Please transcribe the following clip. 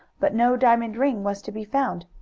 but no diamond ring was to be found.